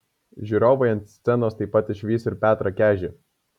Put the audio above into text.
žiūrovai ant scenos taip pat išvys ir petrą kežį